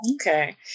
Okay